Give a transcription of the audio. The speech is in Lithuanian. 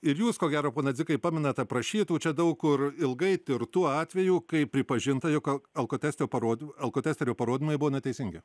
ir jūs ko gero pone dzikai pamenat aprašytų čia daug kur ilgai tirtų atvejų kai pripažinta jog alkotesterio parodymų alkotesterio parodymai buvo neteisingi